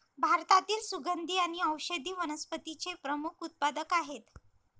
भारतातील सुगंधी आणि औषधी वनस्पतींचे प्रमुख उत्पादक आहेत